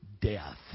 death